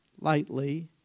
lightly